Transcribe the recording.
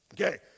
Okay